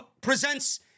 presents